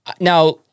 Now